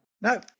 No